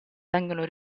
vengono